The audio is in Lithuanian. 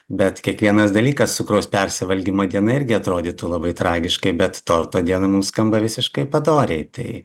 bet kiekvienas dalykas cukraus persivalgymo diena irgi atrodytų labai tragiškai bet torto diena mum skamba visiškai padoriai tai